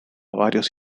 varios